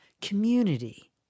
Community